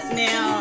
now